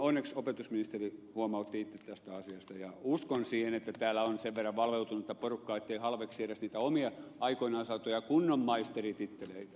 onneksi opetusministeri huomautti itse tästä asiasta ja uskon siihen että täällä on sen verran valveutunutta porukkaa ettei halveksi edes niitä omia aikoinaan saatuja kunnon maisterintitteleitä